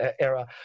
era